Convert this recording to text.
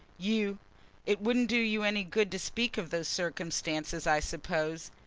you it wouldn't do you any good to speak of those circumstances, i suppose?